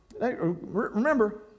remember